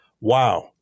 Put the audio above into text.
Wow